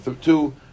two